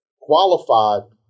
qualified